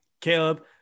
Caleb